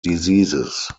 diseases